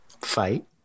fight